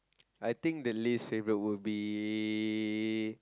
I think the least favourite would be